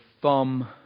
thumb